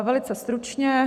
Velice stručně.